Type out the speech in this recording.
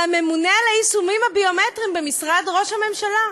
של הממונה על היישומים הביומטריים במשרד ראש הממשלה,